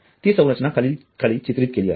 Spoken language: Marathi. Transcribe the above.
ती संरचना खाली चित्रित केली आहे